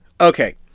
Okay